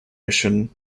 mission